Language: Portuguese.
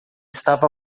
estava